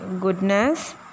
goodness